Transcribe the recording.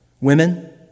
Women